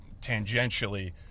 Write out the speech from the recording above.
tangentially